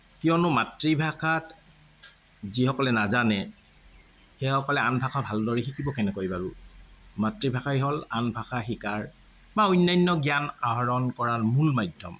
কিয়নো মাতৃভাষা যিসকলে নেজানে সেইসকলে আন ভাষা ভালদৰে শিকিব কেনেকৈ বাৰু মাতৃভাষাই হ'ল আন ভাষা শিকাৰ বা অন্যান্য জ্ঞান আহৰণ কৰাৰ মূল মাধ্যম